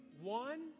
one